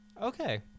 Okay